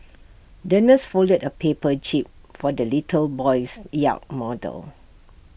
the nurse folded A paper jib for the little boy's yacht model